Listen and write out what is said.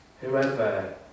Whoever